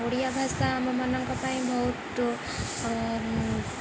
ଓଡ଼ିଆ ଭାଷା ଆମମାନଙ୍କ ପାଇଁ ବହୁତ